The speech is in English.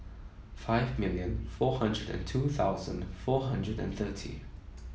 five million four hundred and two thousand four hundred and thirty